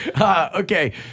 Okay